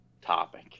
topic